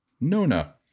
Nona